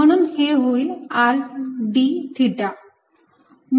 म्हणून हे होईल r d थिटा